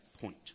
point